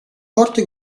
forte